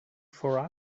for